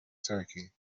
turkey